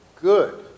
good